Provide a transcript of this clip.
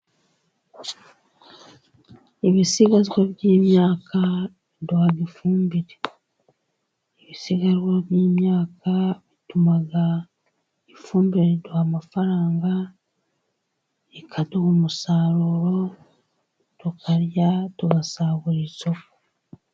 Ibisigazwa by'imyaka biduha ifumbire, ibisigazwa by'imyaka bituma ifumbire iduha amafaranga, ikaduha umusaruro, tukarya, tugasagurira isoko.